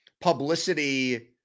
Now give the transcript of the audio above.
publicity